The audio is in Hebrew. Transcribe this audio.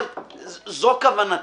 זו כוונתי.